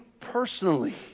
personally